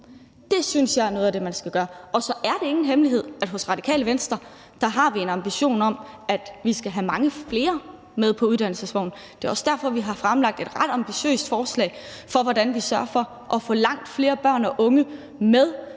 Det synes jeg er noget af det, man skal gøre. Så er det ingen hemmelighed, at hos Radikale Venstre har vi en ambition om, at vi skal have mange flere med på uddannelsesvognen. Det er også derfor, vi har fremlagt et ret ambitiøst forslag om, hvordan vi sørger for at få langt flere børn og unge med.